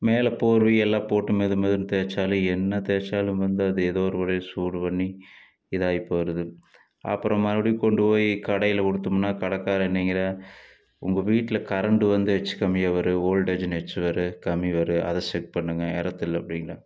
மேலே போர்வையெல்லாம் போட்டு மெதுமெதுன்னு தேய்ச்சாலே என்ன தேய்ச்சாலும் வந்து அது ஏதோ ஒரு வழியில் சூடு பண்ணி இதாகி போயிடுது அப்புறம் மறுபடியும் கொண்டு போய் கடையில் கொடுத்தோம்னா கடைக்காரன் நீங்கள்தான் உங்க வீட்டில் கரண்டு வந்து ஏதாச்சும் கம்மியாக வரும் ஓல்டேஜி எச்சு வரும் கம்மி வரும் அதை செக் பண்ணுங்க எர்த் இல்லை அப்படிங்றான்